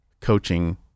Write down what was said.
coaching